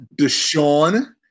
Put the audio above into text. Deshaun